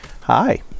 Hi